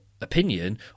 opinion